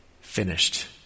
finished